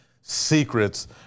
secrets